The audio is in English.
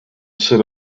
said